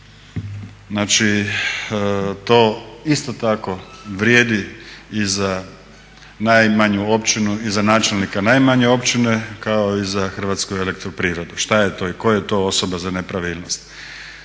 Znači to isto tako vrijedi i za najmanju općinu i za načelnika najmanje općine, kao i za Hrvatsku elektroprivredu. Šta je to i koja je to osoba za nepravilnosti.